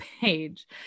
page